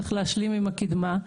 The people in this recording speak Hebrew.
צריך להשלים עם הקידמה.